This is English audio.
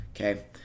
okay